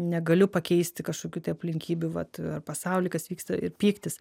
negaliu pakeisti kažkokių tai aplinkybių vat ar pasauly kas vyksta ir pyktis